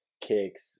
kicks